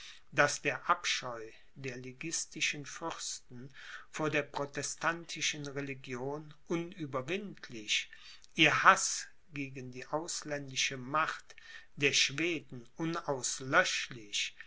daß der abscheu der liguistischen fürsten vor der protestantischen religion unüberwindlich ihr haß gegen die ausländische macht der schweden